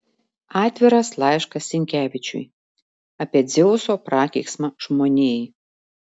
atviras laiškas sinkevičiui apie dzeuso prakeiksmą žmonijai